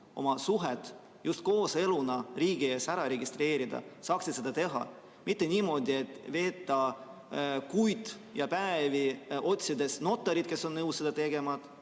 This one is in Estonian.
oma suhted just kooseluna riigi ees ära registreerida, saaksid seda teha. Aga mitte niimoodi, et veeta kuid ja päevi otsides notarit, kes oleks nõus seda tegema,